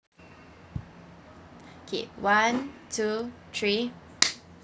okay one two three